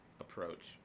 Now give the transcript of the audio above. approach